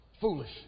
foolish